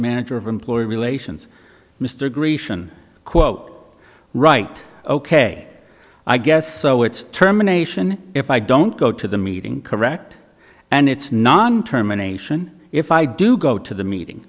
manager of employee relations mr grecian quote right ok i guess so it's terminations if i don't go to the meeting correct and it's non terminations if i do go to the meeting